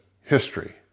history